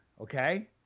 okay